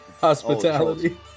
Hospitality